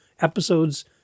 episodes